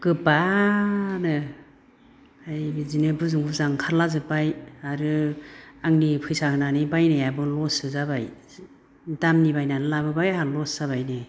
गोबानो है बिदिनो हुजु हुजा ओंखारलाजोबबाय आरो आंनि फैसा होनानै बायनायाबो लससो जाबाय दामनि बायनानै लाबोबाय आंहा लस जाबाय दे